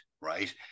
right